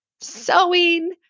sewing